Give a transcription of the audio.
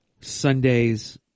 Sundays